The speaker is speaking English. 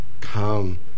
Come